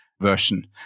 version